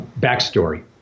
backstory